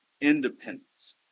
independence